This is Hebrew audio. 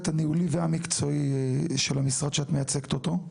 הניהולי והמקצועי של המשרד שאת מייצגת אותו,